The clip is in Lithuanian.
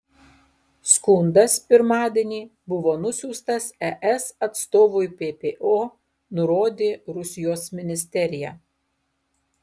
skundas pirmadienį buvo nusiųstas es atstovui ppo nurodė rusijos ministerija